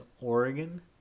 Oregon